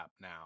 now